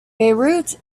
beirut